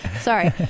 Sorry